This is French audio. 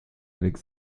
avec